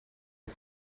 het